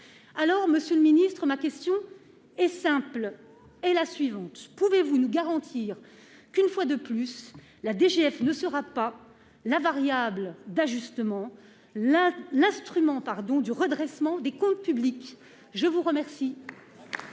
alors Monsieur le ministre ma question est simple, est la suivante : pouvez-vous nous garantir qu'une fois de plus, la DGF ne sera pas la variable d'ajustement, la : l'instrument pardon du redressement des comptes publics, je vous remercie.